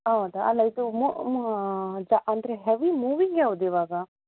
ಹೌದಾ ಅಲ್ಲಇದು ಮು ಮು ಅಂದರೆ ಹೆವಿ ಮೂವಿಂಗ್ ಯಾವ್ದು ಇವಾಗ